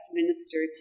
minister